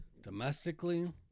domestically